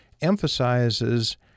emphasizes